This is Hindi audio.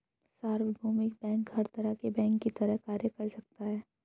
सार्वभौमिक बैंक हर तरह के बैंक की तरह कार्य कर सकता है